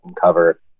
cover